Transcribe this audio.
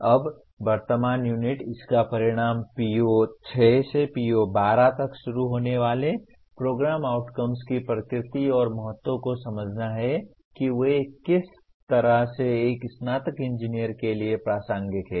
अब वर्तमान यूनिट इसका परिणाम PO6 से PO12 तक शुरू होने वाले प्रोग्राम आउटकम्स की प्रकृति और महत्व को समझना है कि वे किस तरह से एक स्नातक इंजीनियर के लिए प्रासंगिक हैं